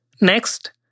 Next